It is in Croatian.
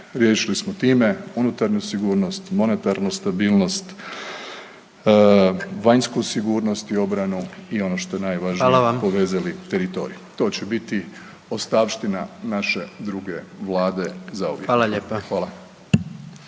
Riješili smo time unutarnju sigurnost, monetarnu stabilnost, vanjsku sigurnost i obranu i ono što je najvažnije povezali teritorij. To će biti ostavština naše druge vlade zauvijek. Fala.